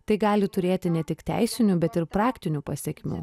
tai gali turėti ne tik teisinių bet ir praktinių pasekmių